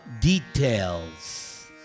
details